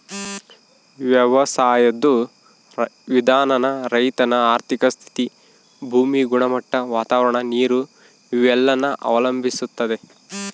ವ್ಯವಸಾಯುದ್ ವಿಧಾನಾನ ರೈತನ ಆರ್ಥಿಕ ಸ್ಥಿತಿ, ಭೂಮಿ ಗುಣಮಟ್ಟ, ವಾತಾವರಣ, ನೀರು ಇವೆಲ್ಲನ ಅವಲಂಬಿಸ್ತತೆ